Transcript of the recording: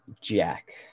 Jack